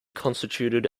constituted